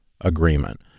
agreement